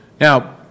Now